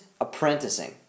apprenticing